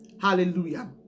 Hallelujah